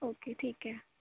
okay ٹھیک ہے